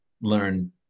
learn